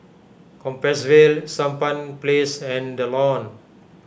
Compassvale Sampan Place and the Lawn